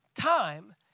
time